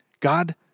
God